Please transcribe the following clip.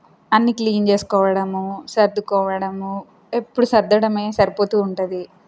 అన్నీ క్లీన్ చేసుకోవడము సర్దుకోవడము ఎప్పుడూ సర్దడమే సరిపోతూ ఉంటుంది